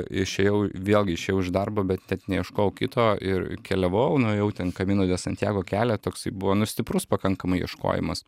išėjau vėlgi išėjau iš darbo bet net neieškojau kito ir keliavau nuėjau ten kamino de santjago kelią toksai buvo nu stiprus pakankamai ieškojimas